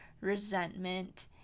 resentment